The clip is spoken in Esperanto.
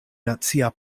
nacia